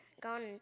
gone